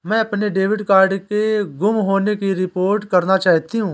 मैं अपने debit card के गुम होने की रिपोर्ट करना चाहती हूँ